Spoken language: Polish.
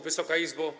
Wysoka Izbo!